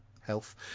health